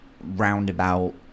roundabout